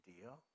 deal